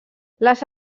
les